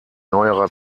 neuerer